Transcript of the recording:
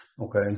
okay